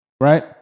right